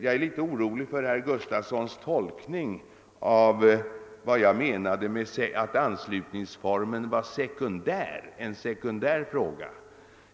Jag är litet oroad av herr Gustafsons i Göteborg tolkning av vad jag sade om att formen för anslutning till EEC var en. sekundär fråga.